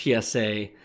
PSA